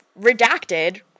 redacted